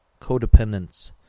codependence